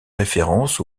référence